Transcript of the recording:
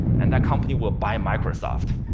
and that company will buy microsoft.